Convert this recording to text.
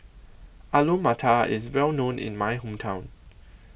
Alu Matar IS Well known in My Hometown